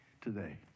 today